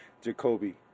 Jacoby